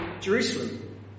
Jerusalem